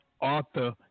author